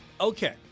okay